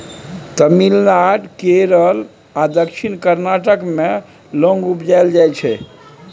तमिलनाडु, केरल आ दक्षिण कर्नाटक मे लौंग उपजाएल जाइ छै